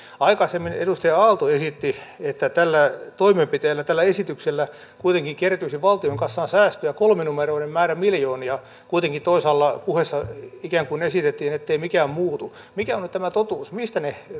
aikaisemmin edustaja aalto esitti että tällä toimenpiteellä tällä esityksellä kuitenkin kertyisi valtion kassaan säästöä kolmenumeroinen määrä miljoonia kuitenkin toisaalla puheessa ikään kuin esitettiin ettei mikään muutu mikä on nyt tämä totuus mistä ne